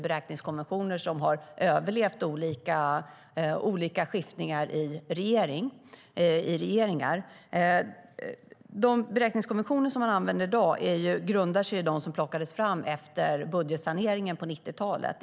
De har överlevt olika regeringar. De beräkningskonventioner man använder i dag grundar sig i dem som togs fram efter budgetsaneringen på 1990-talet.